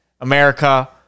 America